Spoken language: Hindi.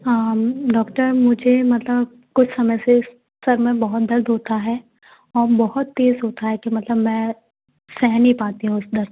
हाँ डॉक्टर मुझे मतलब कुछ समय से सिर में बहुत दर्द होता है और बहुत तेज़ होता है कि मतलब मैं सह नहीं पाती हूँ उस दर्द को